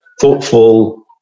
thoughtful